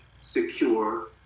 secure